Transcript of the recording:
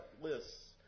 lists